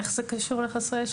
איך זה קשור לחסרי ישע?